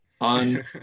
On